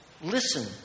Listen